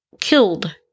killed